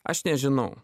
aš nežinau